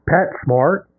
PetSmart